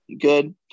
good